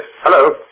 hello